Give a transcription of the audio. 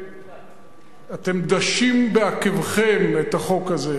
אתם דשים בעקביכם את החוק הזה.